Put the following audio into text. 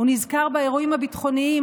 הוא נזכר באירועים הביטחוניים,